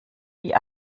wie